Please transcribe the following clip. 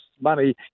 money